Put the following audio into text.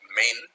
men